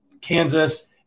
Kansas